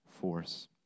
force